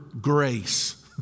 grace